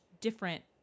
different